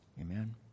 Amen